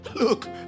look